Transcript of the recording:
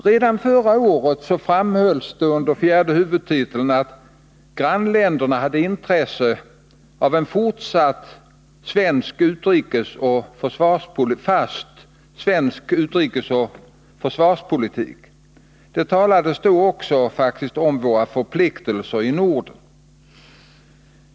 Redan förra året framhölls det under fjärde huvudtiteln att grannländerna hade intresse av en fortsatt fast svensk utrikesoch försvarspolitik. Det talades då faktiskt också om ”våra förpliktelser i Norden”.